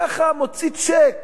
ככה, מוציא צ'ק